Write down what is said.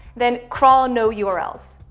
then crawl no yeah urls.